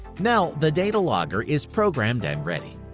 now the data logger is programmed and ready.